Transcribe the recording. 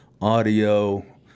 audio